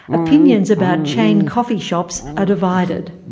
opinions about chain coffee shops are divided.